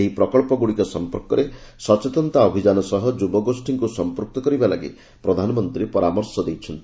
ଏହି ପ୍ରକଳ୍ପଗୁଡ଼ିକ ସମ୍ପର୍କରେ ସଚେତନତା ଅଭିଯାନ ସହ ଯୁବଗୋଷ୍ଠୀଙ୍କୁ ସମ୍ପୃକ୍ତ କରିବା ଲାଗି ପ୍ରଧାନମନ୍ତ୍ରୀ ପରାମର୍ଶ ଦେଇଛନ୍ତି